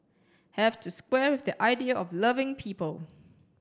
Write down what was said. have to square with the idea of loving people